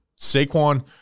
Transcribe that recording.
Saquon